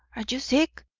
are you sick?